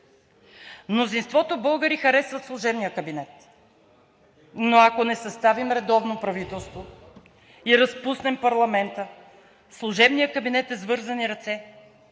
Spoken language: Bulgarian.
Мнозинството българи харесват служебния кабинет, но ако не съставим редовно правителство и разпуснем парламента, служебният кабинет е с вързани ръце